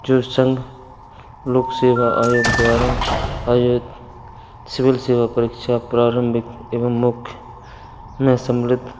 जो संघ लोक सेवा आयोग द्वारा आयोइत सिविल सेवा परीक्षा प्रारम्भिक एवं मुख्य में सम्मिलित